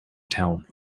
town